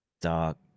dark